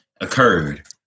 occurred